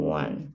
one